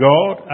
God